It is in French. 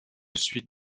suite